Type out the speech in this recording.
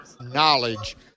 knowledge